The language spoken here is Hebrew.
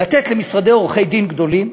לתת למשרדי עורכי-דין גדולים,